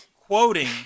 quoting